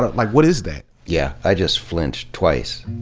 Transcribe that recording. but like, what is that? yeah i just flinched, twice.